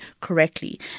correctly